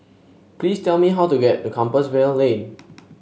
please tell me how to get to Compassvale Lane